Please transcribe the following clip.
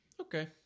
Okay